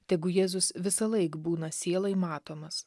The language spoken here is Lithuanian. tegu jėzus visąlaik būna sielai matomas